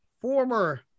former